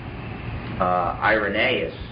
Irenaeus